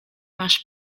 masz